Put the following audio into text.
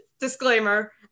disclaimer